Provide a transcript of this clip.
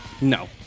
No